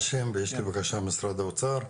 האשם ומשרד האוצר,